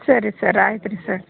ಸರಿ ಸರ್ ಆಯ್ತುರೀ ಸರ್